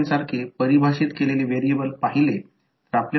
तर आता 2 कॉइलस् सीरिजमध्ये आहेत जर 2 कॉइलस् सीरिजमध्ये असतील तर ते कसे दिसते